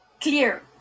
clear